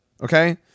Okay